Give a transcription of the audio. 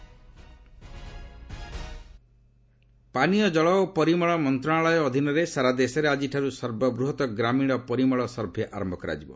sanitation survey ପାନୀୟ ଜଳ ଓ ପରିମଳ ମନ୍ତ୍ରଣାଳୟ ଅଧୀନରେ ସାରା ଦେଶରେ ଆକ୍ଟିଠାରୁ ସର୍ବବୃହତ୍ ଗ୍ରାମୀଣ ପରିମଳ ସର୍ଭେ ଆରମ୍ଭ କରାଯିବ